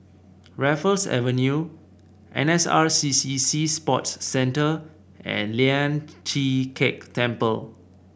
Raffles Avenue N S R C C Sea Sports Centre and Lian Chee Kek Temple